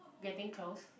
getting close